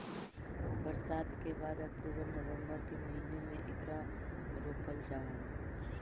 बरसात के बाद अक्टूबर नवंबर के महीने में एकरा रोपल जा हई